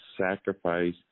sacrifice